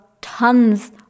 tons